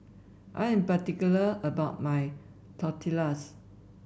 I am particular about my Tortillas